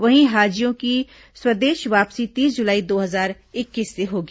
वहीं हाजियों की स्वदेश वापसी तीस जुलाई दो हजार इक्कीस से होगी